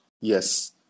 Yes